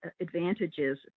advantages